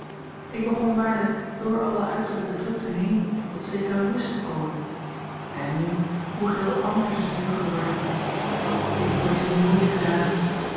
ik begon waarlijk door alle uiterlijke drukten been tot zekere rust te komen en nu hoe geheel anders is het nu geworden ik voorzie moeilijke dagen